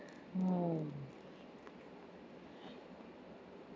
oh